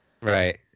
right